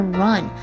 run